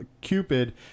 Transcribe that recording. Cupid